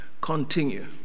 continue